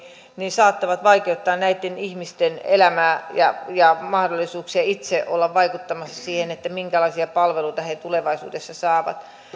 saattavat vaikeuttaa näitten ihmisten elämää ja ja mahdollisuuksia itse olla vaikuttamassa siihen minkälaisia palveluita he tulevaisuudessa saavat